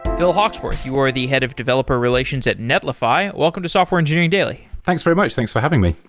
phil hawksworth, you are the head of developer relations at netlify. welcome to software engineering daily. thanks very much. thanks for having me.